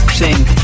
sing